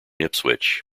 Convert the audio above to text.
ipswich